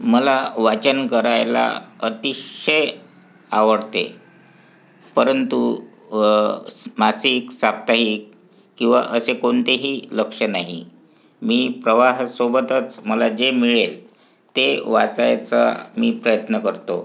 मला वाचन करायला अतिशय आवडते परंतु मासिक साप्ताहिक किंवा असे कोणतेही लक्ष नाही मी प्रवाहासोबतच मला जे मिळेल ते वाचायचा मी प्रयत्न करतो